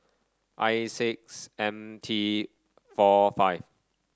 I six M T four five